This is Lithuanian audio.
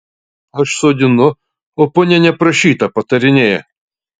aš sodinu o ponia neprašyta patarinėja